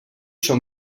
són